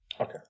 Okay